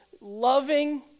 loving